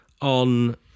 on